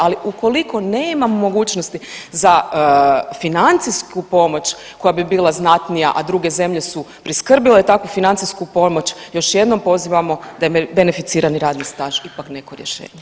Ali ukoliko nema mogućnosti za financijsku pomoć koja bi bila znatnija, a druge zemlje su priskrbile takvu financijsku pomoć, još jednom pozivamo da je beneficirani radni staž ipak neko rješenje.